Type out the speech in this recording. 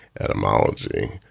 Etymology